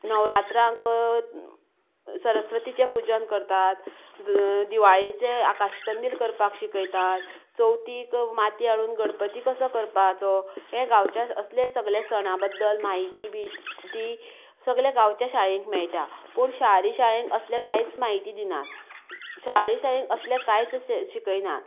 नवरात्रांक सरस्वतीचें पुजन करतात दिवाळेचे आकाश कंदील करपाक शिकयतात चवथीक माती हाडून गणपती कसो करपाचो हें गांवच्या असले सगळे सणां बद्दल म्हायती बिहती सगळ्या गांवचे शाळेंत मेळटा पूण शारी शाळेंत असले कांयच म्हायती दिनात शारी शाळेंत असलें कांयच शिकयनात